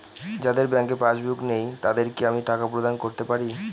যাদের bank passbook নেই তাদের কি আমি টাকা প্রদান করতে পারি?